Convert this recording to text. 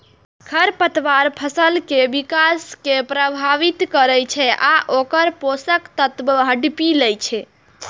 खरपतवार फसल के विकास कें प्रभावित करै छै आ ओकर पोषक तत्व हड़पि जाइ छै